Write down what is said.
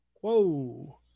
whoa